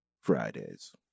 Fridays